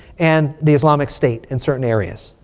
and the islamic state in certain areas.